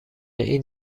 این